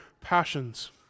passions